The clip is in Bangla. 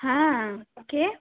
হ্যাঁ কে